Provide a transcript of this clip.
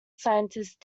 scientist